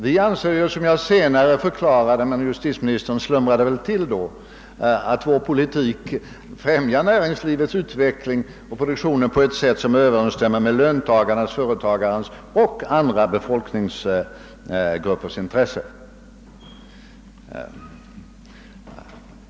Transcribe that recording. Vi själva anser, som jag senare förklarade — men justitieministern slumnade väl till då — att vår politik främjar näringslivets utveckling och produktionen på ett sätt som överensstämmer med löntagarnas, företagarnas och andra befolkningsgruppers intressen.